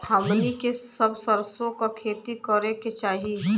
हमनी के कब सरसो क खेती करे के चाही?